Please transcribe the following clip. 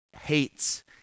hates